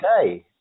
okay